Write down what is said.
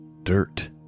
dirt